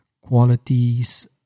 qualities